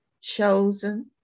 chosen